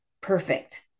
perfect